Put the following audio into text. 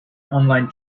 online